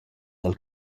dal